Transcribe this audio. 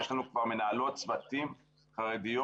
יש לנו כבר מנהלות צוותים חרדיות.